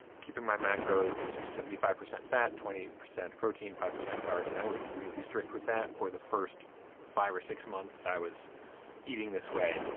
keeping my macros to seventy five percent fat, twenty percent protein, five percent carbs. and i was really strict with that for the first five or six months i was eating this way.